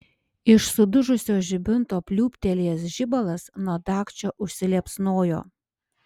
iš sudužusio žibinto pliūptelėjęs žibalas nuo dagčio užsiliepsnojo